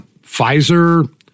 Pfizer